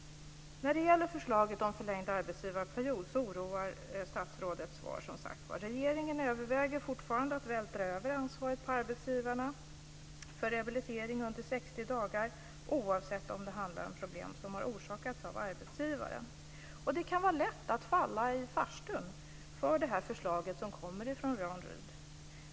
När det gäller förslaget om förlängd arbetsgivarperiod oroar, som sagt, statsrådets svar. Regeringen överväger fortfarande att på arbetsgivarna vältra över ansvaret för rehabilitering under 60 dagar, oavsett om det handlar om problem som orsakats av arbetsgivaren eller inte. Det kan vara lätt att falla i farstun för det förslag som kommer från Jan Rydh.